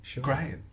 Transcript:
Great